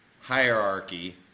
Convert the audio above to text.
hierarchy